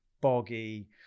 boggy